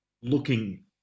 looking